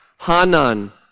Hanan